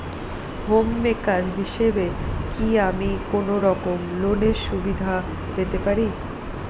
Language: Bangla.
হোম মেকার হিসেবে কি আমি কোনো রকম লোনের সুবিধা পেতে পারি?